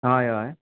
हय हय